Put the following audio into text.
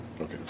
Okay